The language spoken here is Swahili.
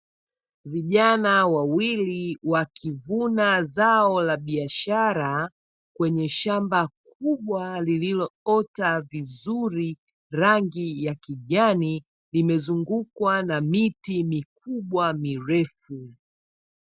Vijana wawili wakivuna zao la biashara, kwenye shamba kubwa lililoota vizuri rangi ya kijani, imezungukwa na miti mikubwa mirefu.